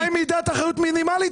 אחריות מינימלית.